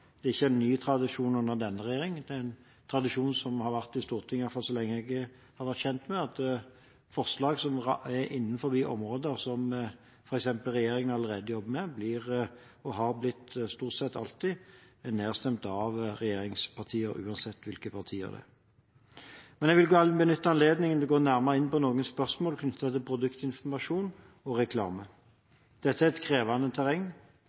Det er ikke en ny tradisjon under denne regjering, det er en tradisjon som har vært i Stortinget iallfall så lenge jeg er kjent med, at forslag som er innenfor områder som f.eks. regjeringen allerede jobber med, blir – og stort sett alltid har blitt – nedstemt av regjeringspartier, uansett hvilke partier det er. Men jeg vil benytte anledningen til å gå nærmere inn på noen spørsmål knyttet til produktinformasjon og reklame. Dette er et krevende terreng.